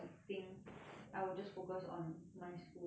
I will just focus on my school and